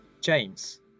James